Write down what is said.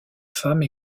femme